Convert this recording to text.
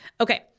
Okay